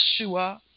Yeshua